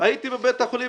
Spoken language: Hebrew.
הייתי בבית החולים